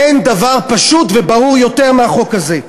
אין דבר פשוט וברור יותר מהחוק הזה.